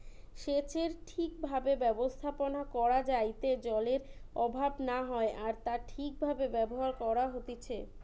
সেচের ঠিক ভাবে ব্যবস্থাপনা করা যাইতে জলের অভাব না হয় আর তা ঠিক ভাবে ব্যবহার করা হতিছে